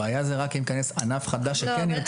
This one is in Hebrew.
הבעיה היא רק אם יכנס ענף חדש שכן נרצה.